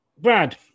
Brad